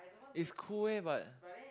it's cool eh but